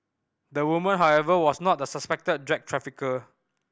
the woman however was not the suspected drug trafficker